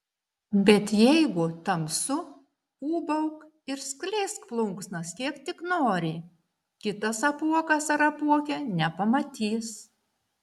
bet jeigu tamsu ūbauk ir skleisk plunksnas kiek tik nori kitas apuokas ar apuokė nepamatys